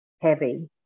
heavy